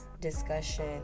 discussion